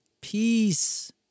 Peace